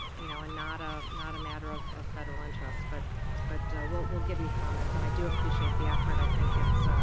you know, and not ah not a matter of ah federal interest. but but we'll we'll give you comments, and i do appreciate the effort. i think it's